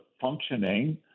functioning